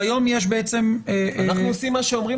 אנחנו עושים מה שאומרים